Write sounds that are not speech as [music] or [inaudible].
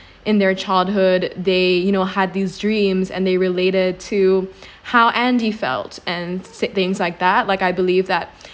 [breath] in their childhood they you know had these dreams and they related to [breath] how andy felt and said things like that like I believe that